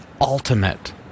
ultimate